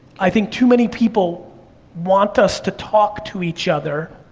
i think too many people want us to talk to each other,